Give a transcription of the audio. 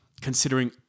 considering